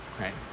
right